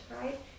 right